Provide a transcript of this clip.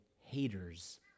haters